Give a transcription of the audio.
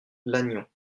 lannion